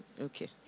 Okay